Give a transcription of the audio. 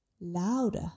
louder